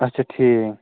اچھا ٹھیٖک